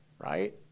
right